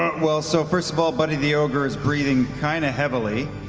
well, so first of all, buddy the ogre is breathing kind of heavily.